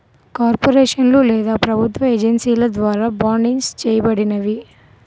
కార్పొరేషన్లు లేదా ప్రభుత్వ ఏజెన్సీల ద్వారా బాండ్సిస్ చేయబడినవి